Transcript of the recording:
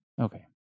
Okay